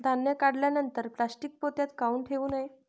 धान्य काढल्यानंतर प्लॅस्टीक पोत्यात काऊन ठेवू नये?